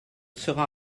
sera